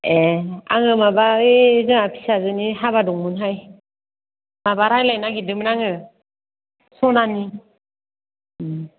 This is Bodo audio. ए आङो माबा ओइ जोंहा फिसाजोनि हाबा दंमोनहाय माबा रायलायनो नागिरदोंमोन आङो सनानि उम